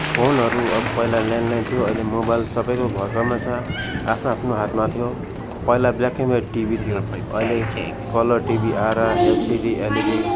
फोनहरू अब पहिला ल्यान्ड लाइन थियो अहिले मोबाइल सबैको घरघरमा छ आफ्नो आफ्नो हातमा थियो पहिला ब्ल्याक एन्ड वाइट टिभी थियो अहिले कलर टिभी आएर एलसिडी एलइडी